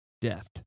death